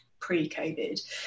pre-COVID